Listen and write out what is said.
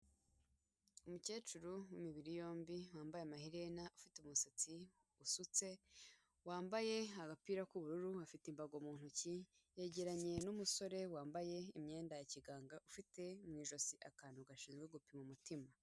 Umukecuru w'imibiri yombi wambaye amaherena afite umusatsi usutse, wambaye agapira k'ubururu, afite imbago mu ntoki, yegeranye n'umusore wambaye imyenda ya kiganga ufite mu ijosi akantu gashinzwe gupima umutima.